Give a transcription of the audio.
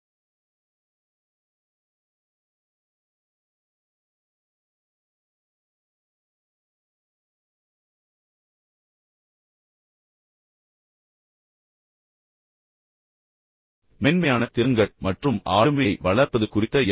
வணக்கம் அனைவரும் மென்மையான திறன்கள் மற்றும் ஆளுமையை வளர்ப்பது குறித்த என்